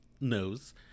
knows